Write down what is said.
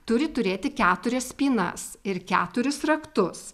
turi turėti keturias spynas ir keturis raktus